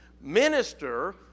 minister